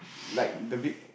like the big